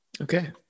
Okay